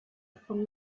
from